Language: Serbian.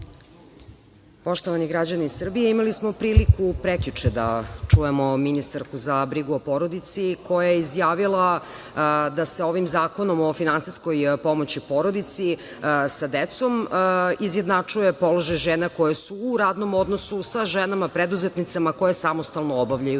Poštovani građani Srbije imali smo priliku prekjuče da čujemo ministarku za brigu o porodici koja je izjavila da se ovim Zakonom o finansijskoj pomoći porodici sa decom izjednačuje položaj žena koje su u radnom odnosu, sa ženama preduzetnicama koje samostalno obavljaju